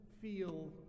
feel